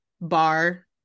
bar